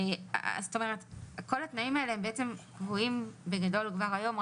כלומר כל התנאים האלה בעצם קבועים כבר היום.